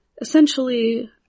essentially